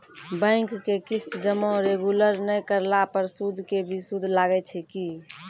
Bank के किस्त जमा रेगुलर नै करला पर सुद के भी सुद लागै छै कि?